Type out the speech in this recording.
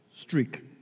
streak